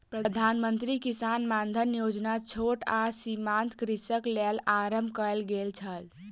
प्रधान मंत्री किसान मानधन योजना छोट आ सीमांत कृषकक लेल आरम्भ कयल गेल छल